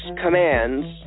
commands